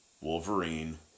Wolverine